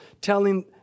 telling